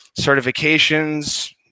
certifications